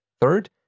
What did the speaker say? Third